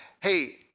hey